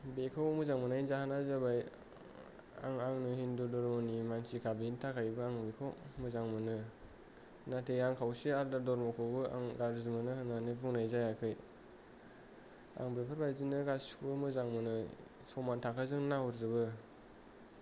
बेखौ मोजां मोन्नायनि जाहोनानो जाबाय आं आंनि हिन्दु धरम'नि मानसिखा बेनि थाखायबो आं बेखौ मोजां मोनो नाथाय आं खावसे आलदा धरम'खौबो गाज्रि मोनो होन्ना बुंनाय जायाखै आं बेफोर बायदिनो गासिखौबो मोजां मोनो समान थाखो जोंनो नाहर जोबो